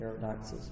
paradoxes